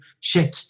check